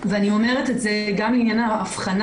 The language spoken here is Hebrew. ואני אומרת את זה גם לעניין ההבחנה